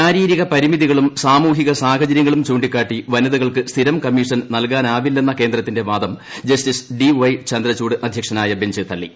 ശാരീരിക പ്പിര്യമിതികളും സാമൂഹിക സാഹചര്യങ്ങളും ചൂണ്ടിക്കൂട്ടിക്ക് വനിതകൾക്ക് സ്ഥിരം കമ്മീഷൻ നൽകാനാവില്ല്സ്ന ്കേന്ദ്രത്തിന്റെ വാദം ജസ്റ്റിസ് ഡി വൈ ചന്ദ്രചൂഡ് അധ്യക്ഷനായ ബഞ്ച് തള്ളി